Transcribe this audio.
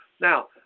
Now